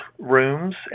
rooms